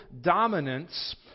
dominance